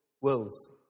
wills